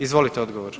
Izvolite odgovor.